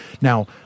now